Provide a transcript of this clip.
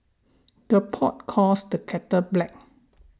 the pot calls the kettle black